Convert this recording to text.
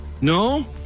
no